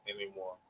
anymore